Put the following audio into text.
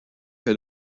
que